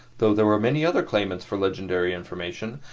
though there were many other claimants for legendary information,